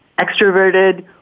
extroverted